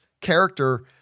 character